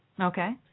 Okay